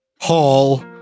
hall